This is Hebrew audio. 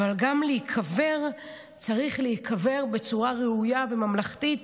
אבל גם להיקבר צריך להיקבר בצורה ראויה וממלכתית,